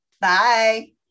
Bye